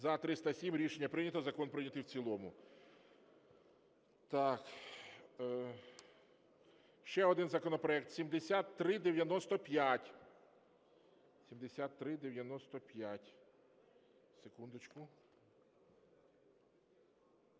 За-307 Рішення прийнято. Закон прийнятий в цілому. Так, ще один законопроект 7395. 7395, секундочку.